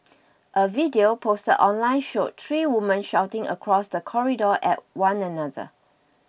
a video posted online showed three women shouting across the corridor at one another